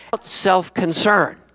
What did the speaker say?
self-concern